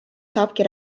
saabki